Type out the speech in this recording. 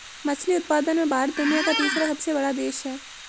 मछली उत्पादन में भारत दुनिया का तीसरा सबसे बड़ा देश है